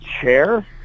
chair